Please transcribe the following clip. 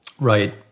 Right